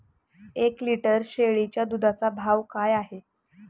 एक लिटर शेळीच्या दुधाचा भाव काय आहे?